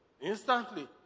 instantly